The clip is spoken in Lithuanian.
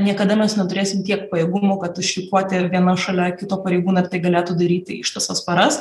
niekada mes neturėsim tiek pajėgumų kad išrikiuoti vienas šalia kito pareigūną ir tai galėtų daryti ištisas paras